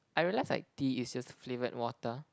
I realise like tea is just flavoured water